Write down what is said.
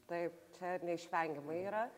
taip čia neišvengiama yra